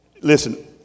Listen